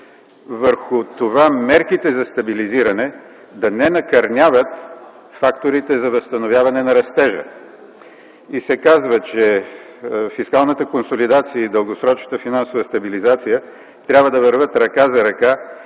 върху това мерките за стабилизиране да не накърняват факторите за възстановяване на растежа. И се казва, че фискалната консолидация и дългосрочната финансова стабилизация трябва да вървят ръка за ръка